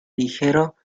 ligero